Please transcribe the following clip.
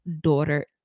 daughter